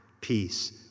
peace